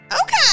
okay